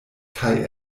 kaj